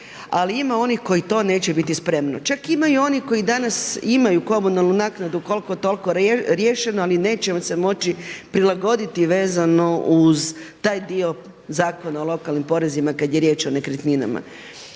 ali ima onih koji na to neće biti spremno. Čak imaju i oni koji danas imaju komunalnu naknadu koliko toliko riješenu ali neće se moći prilagoditi vezano uz taj dio zakona o lokalnim porezima kada je riječ o nekretninama.